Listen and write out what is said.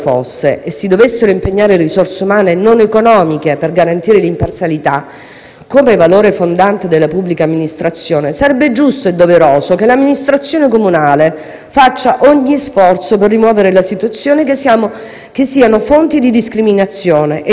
come valore fondante della pubblica amministrazione, sarebbe giusto e doveroso che l'amministrazione comunale facesse ogni sforzo per rimuovere la situazione fonte di discriminazione e operasse in ossequio al principio costituzionale di imparzialità e trasparenza.